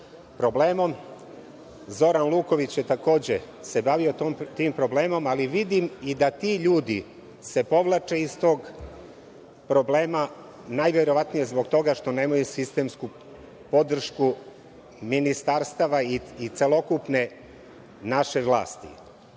problemom, Zoran Luković se takođe bavio tim problemom ali vidim da i ti ljudi se povlače iz tog problema, najverovatnije zbog toga što nemaju sistemsku podršku ministarstava i celokupne naše vlasti.